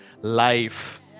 life